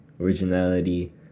Originality